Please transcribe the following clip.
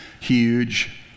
huge